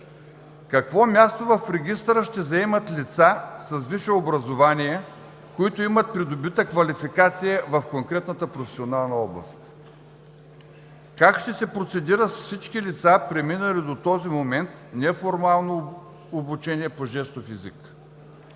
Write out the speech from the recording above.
какво място в регистъра ще заемат лица с висше образование, които имат придобита квалификация в конкретната професионална област? Как ще се процедира с всички лица, преминали до този момент неформално обучение по жестов език?